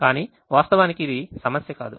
కానీ వాస్తవానికి ఇది సమస్య కాదు